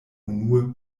unue